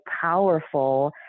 powerful